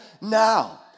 now